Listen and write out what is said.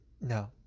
No